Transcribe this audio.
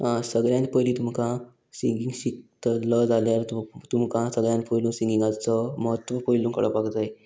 सगळ्यान पयली तुमकां सिंगींग शिकतलो जाल्यार तुमकां सगळ्यान पयलू सिंगिंगाचो म्हत्व पयलू कळपाक जाय